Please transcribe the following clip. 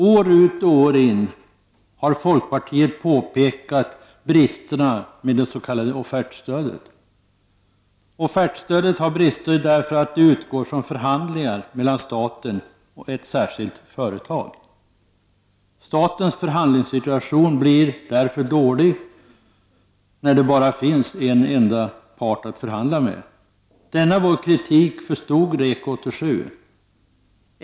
År ut och år in har folkpartiet påpekat bristerna med det s.k. offertstödet. Offertstödet har brister eftersom det utgår från förhandlingar mellan staten och ett särskilt företag. Statens förhandlingssituation blir dålig därför att det bara finns en enda part att förhandla med. Denna vår kritik förstod REK 87.